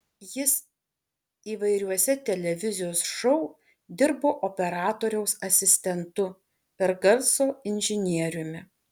jis įvairiuose televizijos šou dirbo operatoriaus asistentu ir garso inžinieriumi